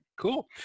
cool